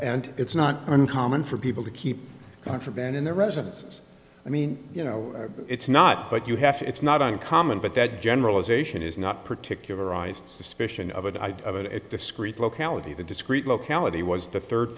and it's not uncommon for people to keep contraband in their residences i mean you know it's not but you have to it's not uncommon but that generalization is not particularize suspicion of a discreet locality the discreet locality was the third